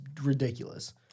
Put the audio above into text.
ridiculous